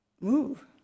move